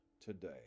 today